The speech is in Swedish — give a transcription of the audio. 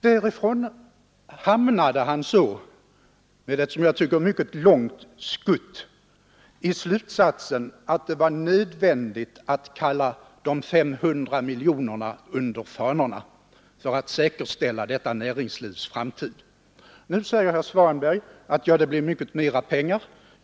Därifrån hamnade han så med ett, som jag tycker, mycket långt skutt i slutsatsen att det är nödvändigt att kalla de 500 miljonerna under fanorna för att säkerställa detta näringslivs framtid. Nu säger herr Svanberg att det blir mycket mer pengar.